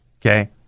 Okay